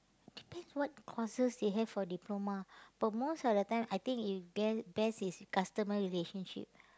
depends what courses they have for diploma but most of the time I think if be~ best is customer relationship